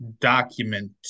document